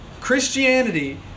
Christianity